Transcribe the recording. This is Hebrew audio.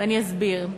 ואני אסביר.